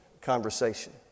conversation